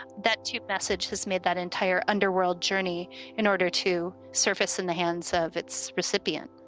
that tube passage has made that entire underworld journey in order to surface in the hands of its recipient.